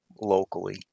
locally